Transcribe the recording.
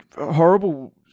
horrible